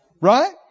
Right